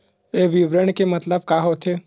ये विवरण के मतलब का होथे?